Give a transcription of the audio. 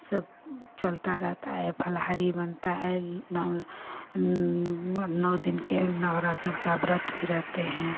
सब चलता रहता है फलहारी बनता है नौ नौ दिन के नौरातर का व्रत भी रहते हैं